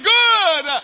good